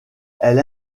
elle